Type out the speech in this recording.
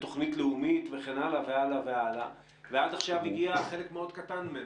בתוכנית לאומית ועד עכשיו הגיע חלק מאוד קטן ממנו.